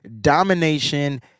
domination